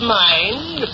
mind